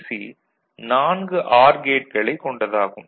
4 OR கேட்களைக் கொண்டதாகும்